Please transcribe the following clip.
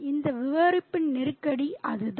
இந்த விவரிப்பின் நெருக்கடி அதுதான்